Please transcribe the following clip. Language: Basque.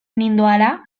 nindoala